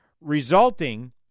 resulting